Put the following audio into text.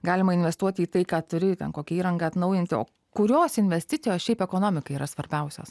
galima investuoti į tai ką turi ten kokią įrangą atnaujinti o kurios investicijos šiaip ekonomikai yra svarbiausios